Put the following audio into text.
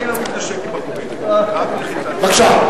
בבקשה,